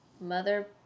Mother